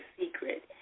secret